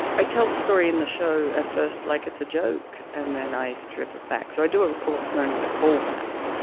i tell the story in the show at first like it's a joke. and then i strip it back. so i do ah what's known as a callback.